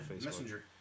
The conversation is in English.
Messenger